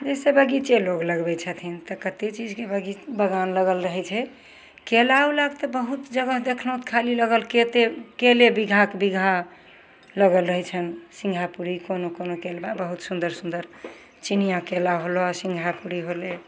जइसे बगीचे लोक लगबै छथिन तऽ कतेक चीजके बग बगान लगल रहै छै केला उलाके तऽ बहुत जगह देखलहुँ खाली लगल कतेक केले बीघाके बीघा लगल रहै छनि सिन्गापुरी कोनो कोनो केला बहुत सुन्दर सुन्दर चिनिआ केला होलऽ सिन्गापुरी होलै